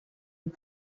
and